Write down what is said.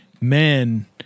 men